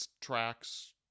tracks